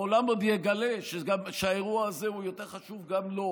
העולם עוד יגלה שהאירוע הזה הוא יותר חשוב גם לו,